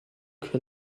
que